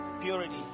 Purity